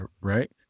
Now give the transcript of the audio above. right